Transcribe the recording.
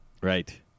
right